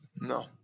No